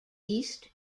east